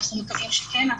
אנחנו מקווים שכן,